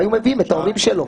היו מביאים את ההורים שלו.